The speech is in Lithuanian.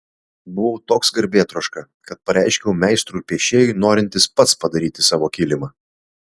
buvau toks garbėtroška kad pareiškiau meistrui piešėjui norintis pats padaryti savo kilimą